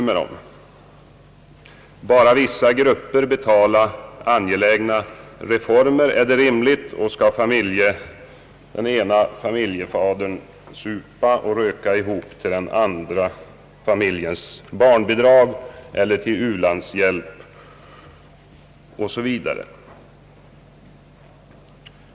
Skall bara vissa grupper betala angelägna reformer, och skall den ena familjefadern supa och röka ihop till den andra familjens barnbidrag eller till u-landshjälp osv.?